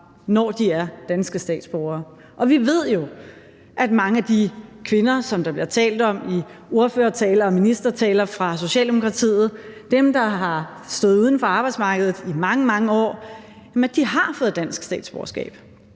når de er danske statsborgere. Vi ved jo, at mange af de kvinder, der bliver talt om i ordførertaler og socialdemokratiske ministertaler, dem, der har stået uden for arbejdsmarkedet i mange, mange år, har fået dansk statsborgerskab,